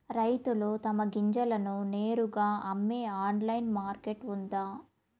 రైతులు తమ గింజలను నేరుగా అమ్మే ఆన్లైన్ మార్కెట్ ఉందా?